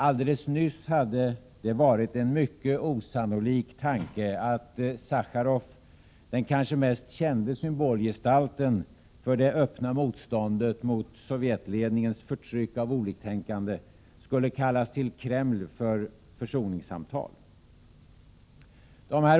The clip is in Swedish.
Alldeles nyss hade det varit en mycket osannolik tanke att Sacharov, den kanske mest kände symbolgestalten för det öppna motståndet mot Sovjetledningens förtryck av oliktänkande, skulle kallas till Kreml för försoningssamtal.